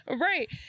Right